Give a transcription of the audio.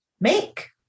make